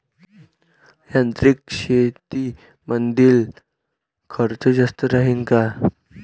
यांत्रिक शेतीमंदील खर्च जास्त राहीन का?